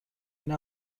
این